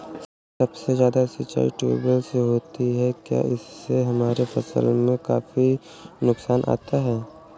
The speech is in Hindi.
सबसे ज्यादा सिंचाई ट्यूबवेल से होती है क्या इससे हमारे फसल में काफी नुकसान आता है?